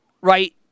right